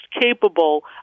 capable